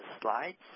slides